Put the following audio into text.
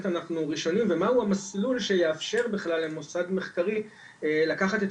ראשונים ומה הוא המסלול שיאפשר בכלל למוסד מחקרי לקחת את